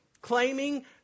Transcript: claiming